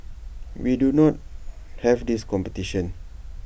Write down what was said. we need not have this competition